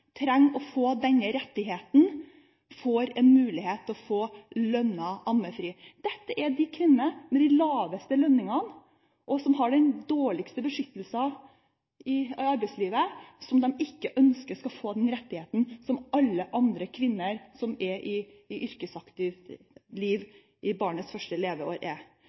trenger å få denne rettigheten – får en mulighet til å få lønnet ammefri. Det er de kvinnene med de laveste lønningene og den dårligste beskyttelse i arbeidslivet som de ikke ønsker skal få den rettigheten som alle andre kvinner som har et yrkesaktivt liv i barnets første leveår, har. Jeg synes det er